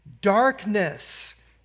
Darkness